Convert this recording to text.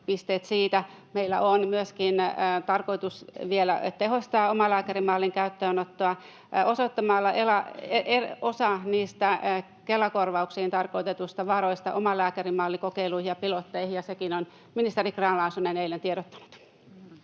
Meillä on myöskin tarkoitus vielä tehostaa omalääkärimallin käyttöönottoa osoittamalla osa Kela-korvauksiin tarkoitetuista varoista omalääkärimallikokeiluihin ja pilotteihin, ja senkin on ministeri Grahn-Laasonen eilen tiedottanut.